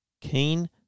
Keen